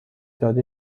داده